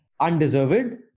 undeserved